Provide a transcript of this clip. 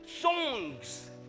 songs